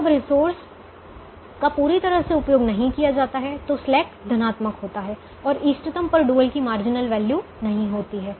जब रिसोर्स का पूरी तरह से उपयोग नहीं किया जाता है तो स्लैक धनात्मक होता है और इष्टतम पर डुअल की मार्जिनल वैल्यू नहीं होती है